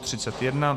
31.